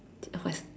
you don't have